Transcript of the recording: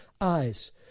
eyes